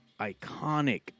iconic